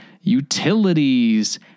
utilities